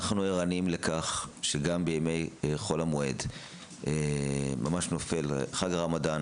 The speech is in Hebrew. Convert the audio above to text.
אנחנו ערניים לכך שגם בימי חול המועד נופל חג הרמדאן,